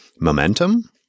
momentum